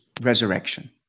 resurrection